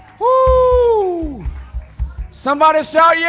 woo somebody shot yeah